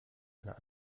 einer